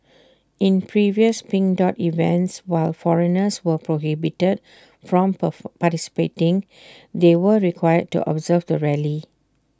in previous pink dot events while foreigners were prohibited from participating they were required to observe the rally